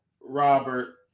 Robert